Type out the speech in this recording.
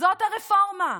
זאת הרפורמה,